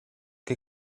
che